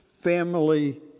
family